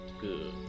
good